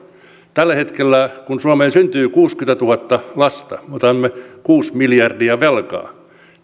tällä hetkellä kun suomeen syntyy kuusikymmentätuhatta lasta otamme kuusi miljardia velkaa